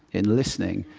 in listening.